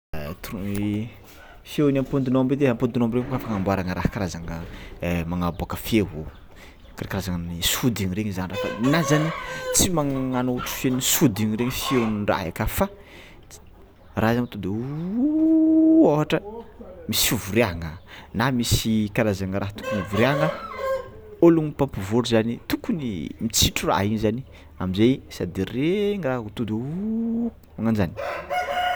Tromp- feon'ny ampotinômby edy e ampotinômby ka raha afaka agnamboaragna raha karazana magnabôaka feo a karazagna sodigna regny anao zany tsy magnano ohatry feon'ny sodigna regny feon'ny raha aka fa raha io to'de ôhatra misy fivoriagna na misy karazanana raha tokony hivoriagna ologno mpampivory tôkôny mitsitro raha io amizay sady re ny raha to'de magnajany.